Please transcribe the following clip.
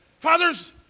Fathers